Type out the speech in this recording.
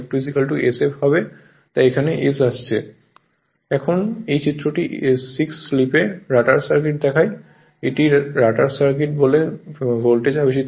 refer slide time 2705 এখন এই চিত্রটি 6 স্লিপে রটার সার্কিট দেখায় এটি রোটার সার্কিট বলে ভোল্টেজ আবেশিত হয়